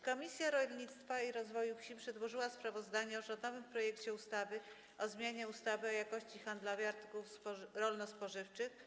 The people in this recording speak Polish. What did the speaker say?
Komisja Rolnictwa i Rozwoju Wsi przedłożyła sprawozdanie o rządowym projekcie ustawy o zmianie ustawy o jakości handlowej artykułów rolno-spożywczych.